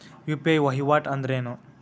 UPI ವಹಿವಾಟ್ ಅಂದ್ರೇನು?